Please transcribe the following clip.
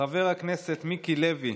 חבר הכנסת מיקי לוי,